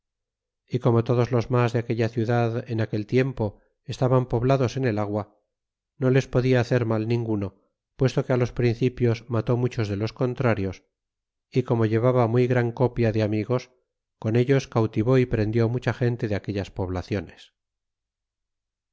y como todos los mas de aquella ciudad en aquel tiempo estaban poblados en el agua no les podia hacer mal ninguno puesto que los principios mató muchos de los contrarios y como llevaba muy gran copia de amigos con ellos cautivó y prendió mucha gente de aquellas poblaciones